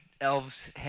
elves